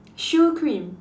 choux cream